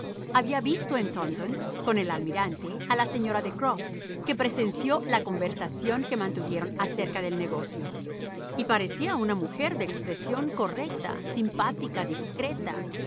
había visto en taunton con el almirante a la señora de croft que presenció la conversación que mantuvieron acerca del negocio y parecía ser una mujer de expresión correcta simpática discretacontinuó